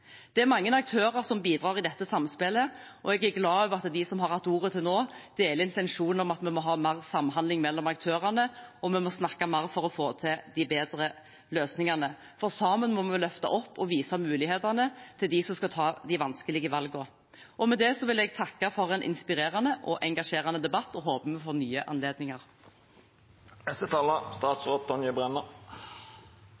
det engang. Det er mange aktører som bidrar i dette samspillet, og jeg er glad for at de som har hatt ordet til nå, deler intensjonen om at vi må ha mer samhandling mellom aktørene, og vi må snakke mer for å få til de bedre løsningene. Sammen må vi løfte opp og vise mulighetene til dem som skal ta de vanskelige valgene. Med det vil jeg takke for en inspirerende og engasjerende debatt og håper vi får nye